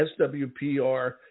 SWPR